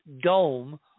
dome